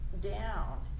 down